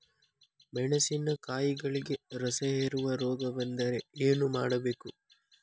ಮೆಣಸಿನಕಾಯಿಗಳಿಗೆ ರಸಹೇರುವ ರೋಗ ಬಂದರೆ ಏನು ಮಾಡಬೇಕು?